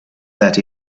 that